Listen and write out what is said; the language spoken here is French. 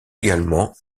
également